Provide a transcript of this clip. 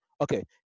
okay